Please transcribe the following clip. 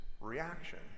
reaction